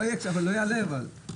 הישיבה ננעלה בשעה